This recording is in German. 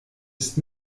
ist